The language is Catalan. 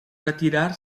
retirar